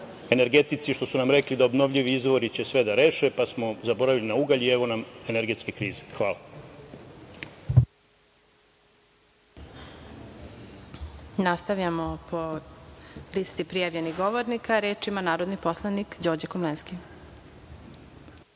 energetici što su nam rekli da obnovljivi izvori će sve da reše, pa smo zaboravili na ugalj i evo nam energetske krize. Hvala. **Elvira Kovač** Nastavljamo po listi prijavljenih govornika. Reč ima narodni poslanik Đorđe Komlenski.